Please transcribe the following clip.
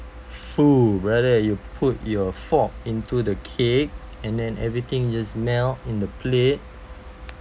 fuh brother you put your fork into the cake and then everything just melt in the plate